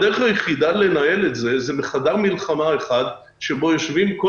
הדרך היחידה לנהל את זה היא מחדר מלחמה אחד שבו יושבים כל